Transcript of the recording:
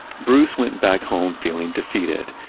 bruce went back home feeling defeated.